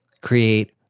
create